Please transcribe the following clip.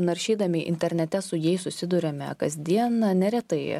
naršydami internete su jais susiduriame kasdien neretai